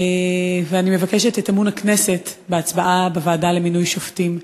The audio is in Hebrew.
ואני מבקשת את אמון הכנסת בהצבעה לוועדה לבחירת שופטים.